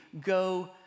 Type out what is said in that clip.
go